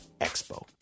expo